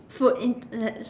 food in that